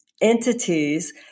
entities